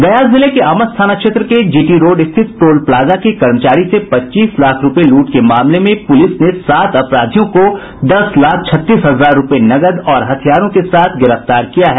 गया जिले के आमस थाना क्षेत्र के जीटी रोड स्थित टोल प्लाजा के कर्मचारी से पच्चीस लाख रुपए लूट के मामले में पुलिस ने सात अपराधियों को दस लाख छत्तीस हजार रूपये नकद और हथियारों के साथ गिरफ्तार किया है